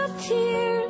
tears